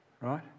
right